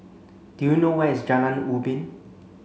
do you know where is Jalan Ubin